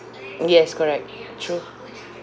yes correct true